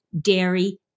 dairy